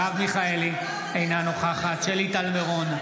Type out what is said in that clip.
אינה נוכחת שלי טל מירון,